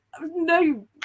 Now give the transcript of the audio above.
no